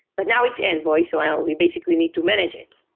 but now it's envoy, so um we basically need to manage it.